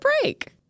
break